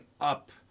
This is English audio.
up